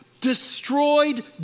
destroyed